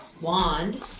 wand